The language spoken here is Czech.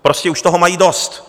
Prostě už toho mají dost.